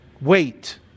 wait